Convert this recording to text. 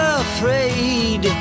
afraid